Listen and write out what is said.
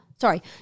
sorry